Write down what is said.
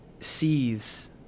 sees